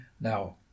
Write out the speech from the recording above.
Now